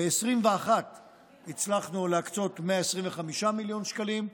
ב-2021 הצלחנו להקצות 125 מיליון שקלים,